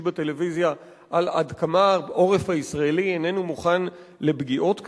בטלוויזיה על עד כמה העורף הישראלי איננו מוכן לפגיעות כאלה.